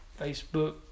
Facebook